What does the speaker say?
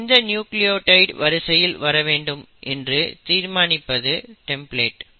எந்த நியூக்ளியோடைட் வரிசையில் வர வேண்டும் என்று தீர்மானிப்பது டெம்ப்ளேட்